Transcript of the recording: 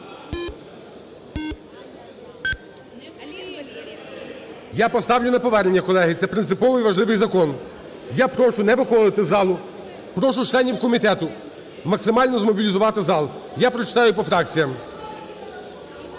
Я поставлю на повернення, колеги, це принципово важливий закон. Я прошу не виходити з залу, прошу членів комітету максимально змобілізувати зал. Я прочитаю по фракціях.